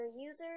user